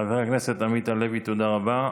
חבר הכנסת עמית הלוי, תודה רבה.